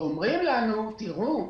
אומרים לנו, "תראו,